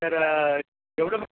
तर एवढं